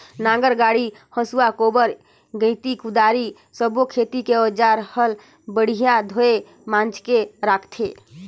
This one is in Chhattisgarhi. नांगर डांडी, हसुआ, कोप्पर गइती, कुदारी सब्बो खेती के अउजार हल बड़िया धोये मांजके राखथे